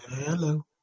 Hello